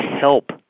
help